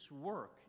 work